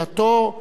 השר ישיב,